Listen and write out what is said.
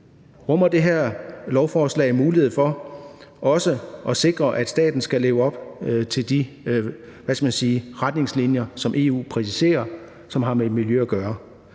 Rummer det her lovforslag mulighed for også at sikre, at staten skal leve op til de retningslinjer, som EU præciserer, og som har med miljø at gøre?